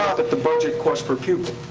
the budget cost per pupil.